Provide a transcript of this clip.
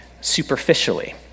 superficially